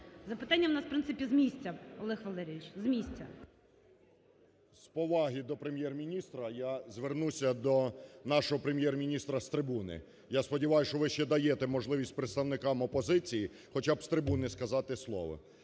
Запитання у нас, в принципі, з місця. Олег Валерійович, з місця. 10:24:11 ЛЯШКО О.В. З поваги до Прем'єр-міністра я звернутися до нашого Прем'єр-міністра з трибуни. Я сподіваюсь, що ви ще даєте можливість представникам опозиції хоча б з трибуни сказати слово.